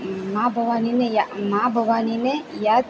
માં ભવાનીને માં ભવાનીને યાદ